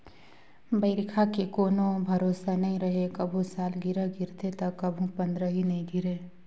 बइरखा के कोनो भरोसा नइ रहें, कभू सालगिरह गिरथे त कभू पंदरही नइ गिरे